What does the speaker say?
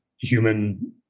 human